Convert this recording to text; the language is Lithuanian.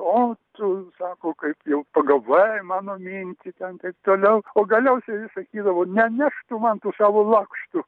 o tu sako kaip jau pagavai mano mintį ten taip toliau o galiausiai sakydavo nenešk tu man tų savo lakštų